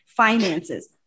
finances